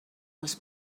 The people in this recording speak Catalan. els